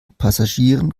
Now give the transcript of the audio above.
passagieren